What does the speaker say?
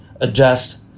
adjust